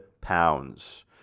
pounds